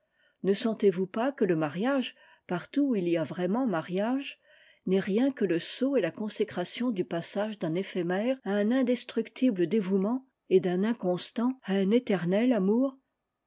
ne sentez-vous pas que le mariage partout où il y a vraiment mariage n'est rien que le sceau et la consécration du passage d'un éphémère à un indestructible dévouement et d'un inconstant à un éternel amour